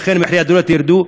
ואכן מחירי הדירות ירדו?